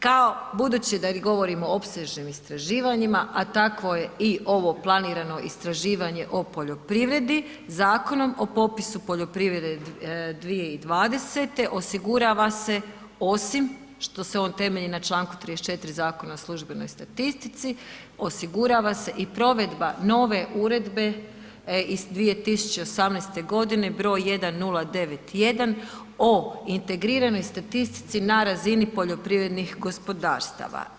Kao budući da govorimo o opsežnim istraživanjima, a takvo je i ovo planirano istraživanje o poljoprivredi, Zakonom o popisu poljoprivrede 2020. osigurava se osim što se on temelji na čl. 34 Zakona o službenoj statistici, osigurava se i provedba nove uredbe iz 2018. godine br. 1091 o integriranoj statistici na razini poljoprivrednih gospodarstava.